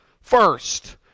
first